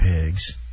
pigs